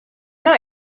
not